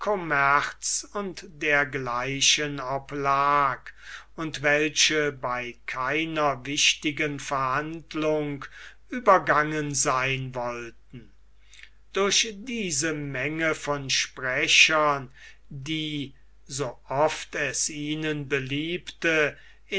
commerz u dgl oblag und welche bei keiner wichtigen verhandlung übergangen sein wollten durch diese menge von sprechern die so oft es ihnen beliebte